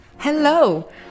Hello